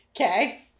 Okay